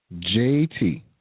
JT